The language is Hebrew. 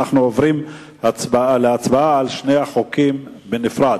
אנחנו עובדים להצבעה על שני החוקים בנפרד.